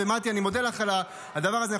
ומטי, אני מודה לך על הדבר הזה.